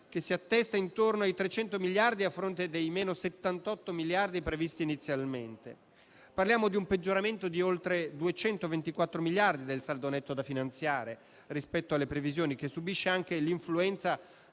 che si attesta intorno ai 300 miliardi di euro, a fronte dei - 78 miliardi di euro previsti inizialmente. Parliamo di un peggioramento di oltre 224 miliardi di euro del saldo netto da finanziare rispetto alle previsioni, che subisce anche l'influenza